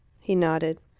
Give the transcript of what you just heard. he nodded.